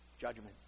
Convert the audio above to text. Judgment